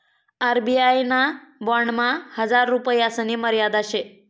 RBI ना बॉन्डमा हजार रुपयासनी मर्यादा शे